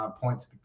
points